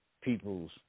people's